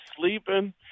sleeping